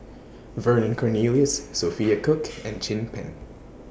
Vernon Cornelius Sophia Cooke and Chin Peng